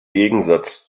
gegensatz